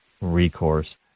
recourse